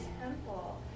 temple